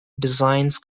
designs